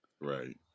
Right